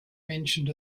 mentioned